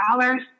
dollars